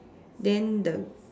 then the